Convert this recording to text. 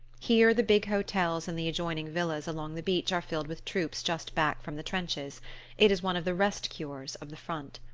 here the big hotels and the adjoining villas along the beach are filled with troops just back from the trenches it is one of the rest cures of the front.